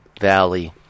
valley